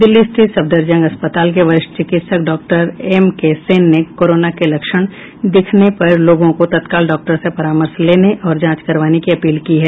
दिल्ली स्थित सफदरजंग अस्पताल के वरिष्ठ चिकित्सक डॉक्टर एम के सेन ने कोरोना के लक्षण दिखने पर लोगों को तत्काल डॉक्टर से परामर्श लेने और जांच करवाने की अपील की है